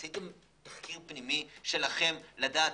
עשיתם תחקיר פנימי שלכם לדעת,